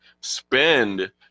spend